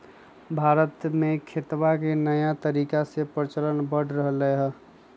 भारत में खेतवा के नया तरीका के प्रचलन बढ़ रहले है